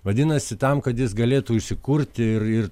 vadinasi tam kad jis galėtų įsikurti ir ir